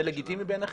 זה לגיטימי בעיניכם?